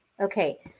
Okay